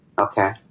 Okay